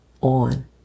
on